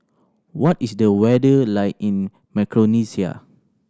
what is the weather like in Micronesia